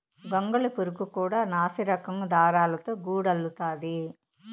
గొంగళి పురుగు కూడా నాసిరకం దారాలతో గూడు అల్లుతాది